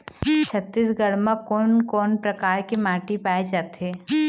छत्तीसगढ़ म कोन कौन प्रकार के माटी पाए जाथे?